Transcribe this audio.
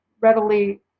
readily